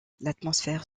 l’atmosphère